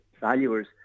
valuers